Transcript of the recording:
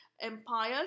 empires